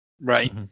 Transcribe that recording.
right